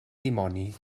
dimoni